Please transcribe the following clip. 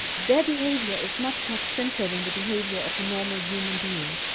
their behaviour is much, much simpler than the behaviour of normal human beings.